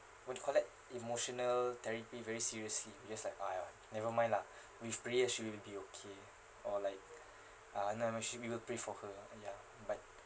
what you call that emotional therapy very seriously just like !aiya! never mind lah with prayer she would be okay or like uh I never should ever pray for her ya but